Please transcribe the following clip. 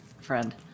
friend